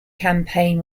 campaign